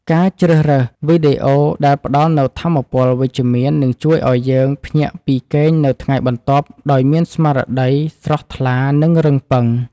ការជ្រើសរើសវីដេអូដែលផ្ដល់នូវថាមពលវិជ្ជមាននឹងជួយឱ្យយើងភ្ញាក់ពីគេងនៅថ្ងៃបន្ទាប់ដោយមានស្មារតីស្រស់ថ្លានិងរឹងប៉ឹង។